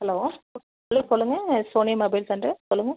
hello hello சொல்லுங்கள் Sony mobile centre சொல்லுங்கள்